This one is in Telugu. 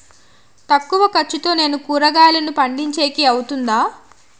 తక్కువ ఖర్చుతో నేను కూరగాయలను పండించేకి అవుతుందా?